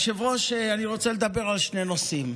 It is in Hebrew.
היושב-ראש, אני רוצה לדבר על שני נושאים,